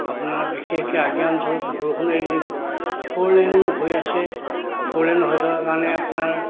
আপোনাৰ বিশেষকৈ আগিয়া অঞ্চলত বৰষুণ এই যি ফ'ৰ লেন হৈ আছে ফ'ৰ লেন হৈ থকা কাৰণে আপোনাৰ